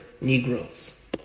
Negroes